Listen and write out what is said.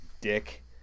dick